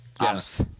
yes